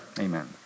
Amen